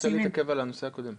אני רוצה להתעכב על הנושא הקודם.